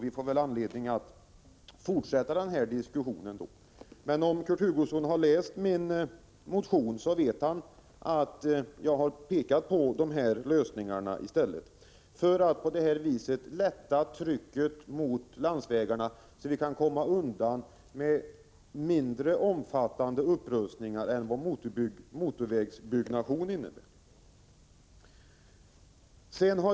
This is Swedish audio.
Vi får väl anledning att fortsätta den här diskussionen då. Men om Kurt Hugosson har läst min motion, vet han att jag har pekat på de här lösningarna för att lätta på trycket mot landsvägarna, så att vi kan komma undan med mindre omfattande upprustningar än vad motorvägsbyggnation innebär.